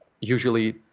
usually